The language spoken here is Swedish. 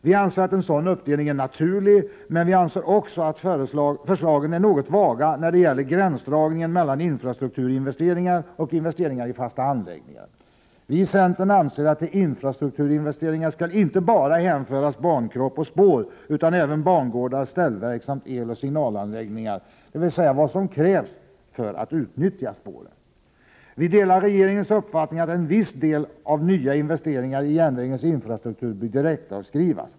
Vi anser att en sådan uppdelning är naturlig, men vi anser också att förslagen är något vaga när det gäller gränsdragningen mellan infrastrukturinvesteringar och investeringar i fasta anläggningar. Vii centern anser att till infrastrukturinvesteringar skall inte bara hänföras bankropp och spår utan även bangårdar, ställverk samt eloch signalanläggningar, dvs. vad som krävs för att utnyttja spåren. Vi delar regeringens uppfattning att en viss del av nya investeringar i järnvägens infrastruktur bör direktavskrivas.